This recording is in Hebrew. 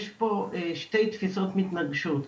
יש פה שתי תפיסות מתנגשות.